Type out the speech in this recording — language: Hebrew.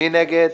מי נגד?